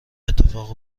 اتفاق